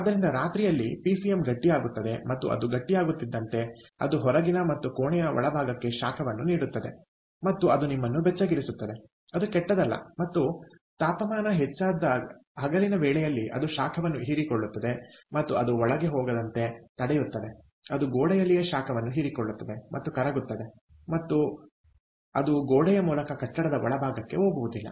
ಆದ್ದರಿಂದ ರಾತ್ರಿಯಲ್ಲಿ ಪಿಸಿಎಂಗಟ್ಟಿಯಾಗುತ್ತದೆ ಮತ್ತು ಅದು ಗಟ್ಟಿಯಾಗುತ್ತಿದ್ದಂತೆ ಅದು ಹೊರಗಿನ ಮತ್ತು ಕೋಣೆಯ ಒಳಭಾಗಕ್ಕೆ ಶಾಖವನ್ನು ನೀಡುತ್ತದೆ ಮತ್ತು ಅದು ನಿಮ್ಮನ್ನು ಬೆಚ್ಚಗಿರಿಸುತ್ತದೆ ಅದು ಕೆಟ್ಟದ್ದಲ್ಲ ಮತ್ತು ತಾಪಮಾನ ಹೆಚ್ಚಾದ ಹಗಲಿನ ವೇಳೆಯಲ್ಲಿ ಅದು ಶಾಖವನ್ನು ಹೀರಿಕೊಳ್ಳುತ್ತದೆ ಮತ್ತು ಅದು ಒಳಗೆ ಹೋಗದಂತೆ ತಡೆಯುತ್ತದೆ ಅದು ಗೋಡೆಯಲ್ಲಿಯೇ ಶಾಖವನ್ನು ಹೀರಿಕೊಳ್ಳುತ್ತದೆ ಮತ್ತು ಕರಗುತ್ತದೆ ಮತ್ತು ಆದ್ದರಿಂದ ಅದು ಗೋಡೆಯ ಮೂಲಕ ಕಟ್ಟಡದ ಒಳಭಾಗಕ್ಕೆ ಹೋಗುವುದಿಲ್ಲ